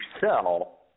sell